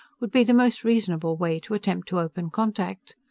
would be the most reasonable way to attempt to open contact.